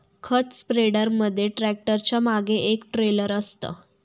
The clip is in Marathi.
खत स्प्रेडर मध्ये ट्रॅक्टरच्या मागे एक ट्रेलर असतं